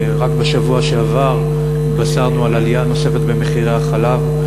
רק בשבוע שעבר התבשרנו על עלייה נוספת במחירי החלב,